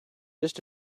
just